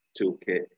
toolkit